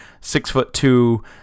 six-foot-two